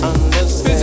Understand